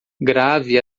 grave